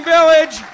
Village